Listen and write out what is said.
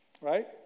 Right